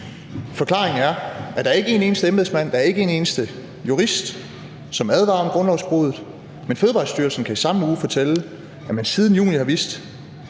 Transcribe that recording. Forklaringen er, at der ikke er en eneste embedsmand, at der ikke er en eneste jurist, som advarer om grundlovsbruddet. Men Fødevarestyrelsen kan i samme uge fortælle, at man siden juni har vidst,